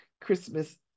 Christmas